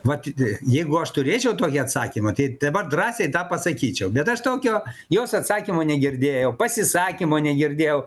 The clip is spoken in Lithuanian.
matyt jeigu aš turėčiau tokį atsakymą tai dabar drąsiai tą pasakyčiau bet aš tokio jos atsakymo negirdėjau pasisakymo negirdėjau